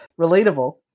relatable